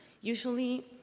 usually